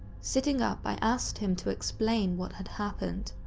sitting up, i asked him to explain what had happened.